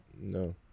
No